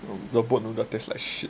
yo the boat noodle taste like shit